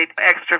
extra